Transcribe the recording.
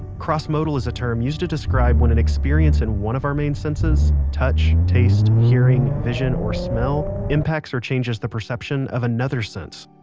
crossmodal is a term used to describe when an experience in one of our main senses touch, taste, hearing, vision, or smell impacts or changes the perception of another sense.